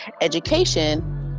education